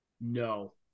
No